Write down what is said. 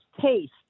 taste